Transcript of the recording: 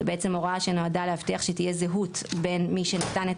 זו בעצם הוראה שנועדה להבטיח שתהיה זהות בין מי שנתן את